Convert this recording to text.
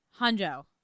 Hanjo